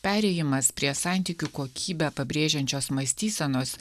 perėjimas prie santykių kokybę pabrėžiančios mąstysenos